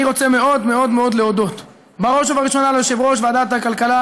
אני רוצה מאוד מאוד להודות בראש ובראשונה ליושב-ראש ועדת הכלכלה,